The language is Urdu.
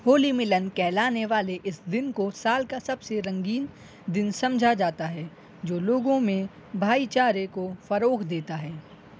ہولی ملن کہلانے والے اس دن کو سال کا سب سے رنگین دن سمجھا جاتا ہے جو لوگوں میں بھائی چارے کو فروغ دیتا ہے